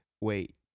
wait